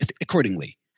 accordingly